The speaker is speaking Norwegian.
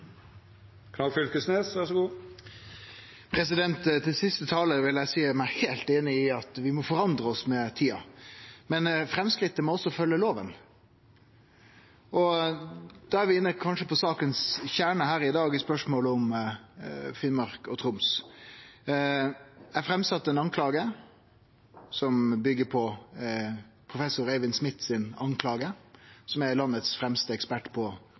Til den siste talaren vil eg seie meg heilt einig i at vi må forandre oss med tida. Men framsteget må også følgje lova, og da er vi kanskje inne på kjernen i saka her i dag, i spørsmålet om Finnmark og Troms. Eg sette fram eit klagemål som byggjer på klagemålet frå professor Eivind Smith, som er den fremste eksperten i landet på